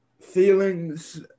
feelings